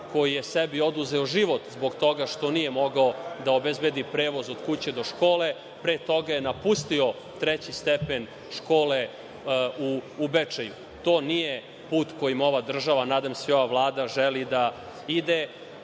koji je sebi oduzeo život zbog toga što nije mogao da obezbedi prevoz od kuće do škole. Pre toga je napustio treći stepen škole u Bečeju. To nije put kojim ova država, nadam se i ova Vlada, želi da ide.U